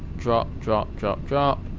drop, drop, drop, drop.